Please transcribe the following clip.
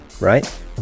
Right